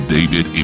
David